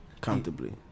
comfortably